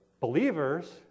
Believers